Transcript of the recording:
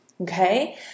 Okay